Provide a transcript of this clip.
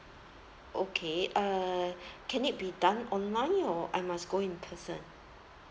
okay uh can it be done online or I must go in person